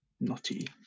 Naughty